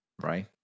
right